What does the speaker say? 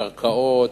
קרקעות,